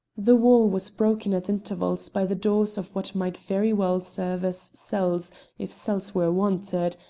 the wall was broken at intervals by the doors of what might very well serve as cells if cells were wanted,